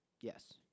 yes